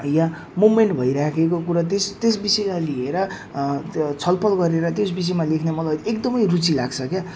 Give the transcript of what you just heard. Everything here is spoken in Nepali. यहाँ मुभमेन्ट भइराखेको कुरा त्यस त्यस विषयलाई लिएर छलफल गरेर त्यस विषयमा लेख्न मलाई एकदम रुचि लाग्छ क्या